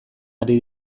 ari